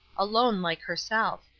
alone like herself.